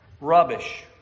rubbish